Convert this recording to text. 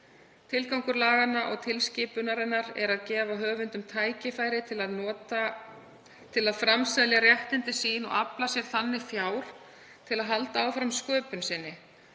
Tilgangur laganna og tilskipunarinnar er að gefa höfundum tækifæri til að framselja réttindi sín og afla sér þannig fjár til að halda áfram sköpun sinni.